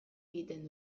egiten